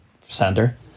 center